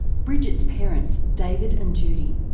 bridget's parents david and judy.